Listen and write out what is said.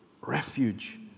refuge